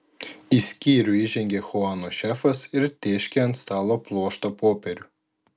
į skyrių įžengė chuano šefas ir tėškė ant stalo pluoštą popierių